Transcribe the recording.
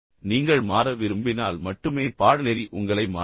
நீங்கள் மாற விரும்பினால் மட்டுமே பாடநெறி உங்களை மாற்றும்